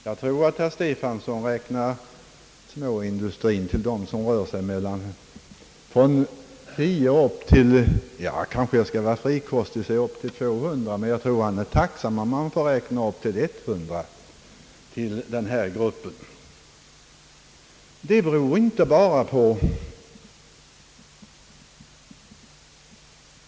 Jag tror att herr Stefanson till småindustrin räknar företag med 10 och upp till — kanske jag skall vara frikostig och säga — 200 anställda. Herr Stefanson är nog tacksam även om han dit får räkna enbart företag med upp till 100 anställda till denna grupp.